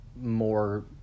more